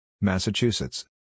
Massachusetts